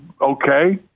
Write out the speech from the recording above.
okay